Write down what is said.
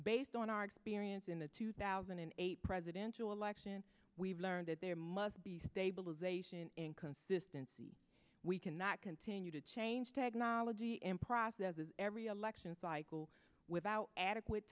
based on our experience in the two thousand and eight presidential election we've learned that there must be stabilization in consistency we cannot continue to change technology and process every election cycle without adequate